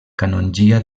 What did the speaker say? canongia